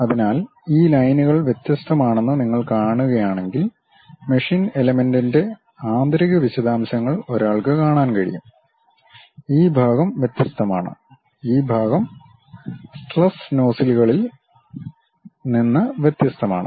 അതിനാൽ ഈ ലൈനുകൾ വ്യത്യസ്തമാണെന്ന് നിങ്ങൾ കാണുകയാണെങ്കിൽ മെഷീൻ എലമെന്റിന്റെ ആന്തരിക വിശദാംശങ്ങൾ ഒരാൾക്ക് കാണാൻ കഴിയും ഈ ഭാഗം വ്യത്യസ്തമാണ് ഈ ഭാഗം സ്ട്രെസ് നോസിലുകളിൽ നിന്ന് വ്യത്യസ്തമാണ്